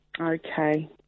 Okay